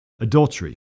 Adultery